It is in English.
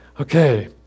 Okay